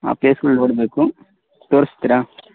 ಆ ಪ್ಲೇಸ್ಗಳು ನೋಡಬೇಕು ತೋರ್ಸ್ತೀರಾ